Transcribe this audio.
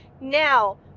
Now